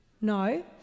No